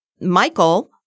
Michael